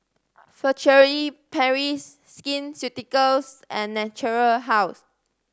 Furtere Paris Skin Ceuticals and Natura House